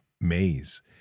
maze